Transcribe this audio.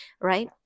right